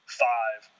five